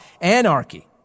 anarchy